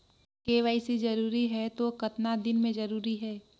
KYC जरूरी हे तो कतना दिन मे जरूरी है?